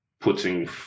putting